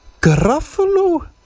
gruffalo